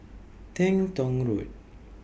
Teng Tong Road